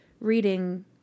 reading